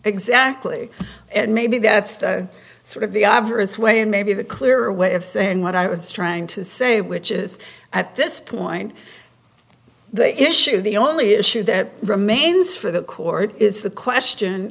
exactly and maybe that's sort of the obvious way and maybe the clearer way of saying what i was trying to say which is at this point the issue the only issue that remains for the court is the question